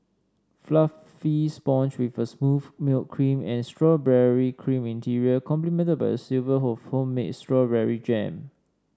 fluffy sponge with a smooth milk cream and strawberry cream interior complemented by a silver of homemade strawberry jam